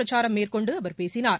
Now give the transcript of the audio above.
பிரச்சாரம் மேற்கொண்டு அவர் பேசினார்